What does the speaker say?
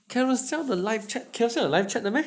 Carousell the live chat Carousell 有 live chat 的 meh